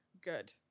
good